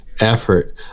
effort